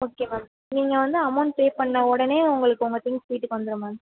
okay ma'am நீங்கள் வந்து amount pay பண்ண உடனே உங்களுக்கு உங்க திங்க்ஸ் வீட்டுக்கு வந்துவிடும் மேம்